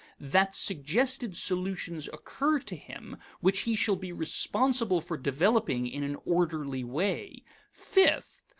that suggested solutions occur to him which he shall be responsible for developing in an orderly way fifth,